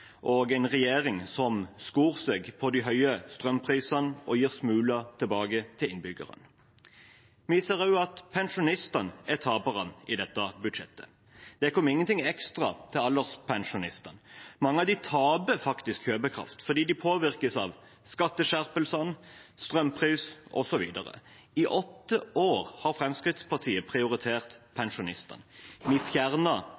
og en regjering som skor seg på de høye strømprisene, og som gir smuler tilbake til innbyggerne. Vi ser også at pensjonistene er taperne i dette budsjettet. Det kom ingenting ekstra til alderspensjonistene. Mange av dem taper faktisk kjøpekraft, fordi de påvirkes av skatteskjerpelsene, strømpris osv. I åtte år har Fremskrittspartiet prioritert